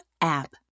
app